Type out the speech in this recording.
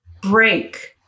break